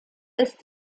ist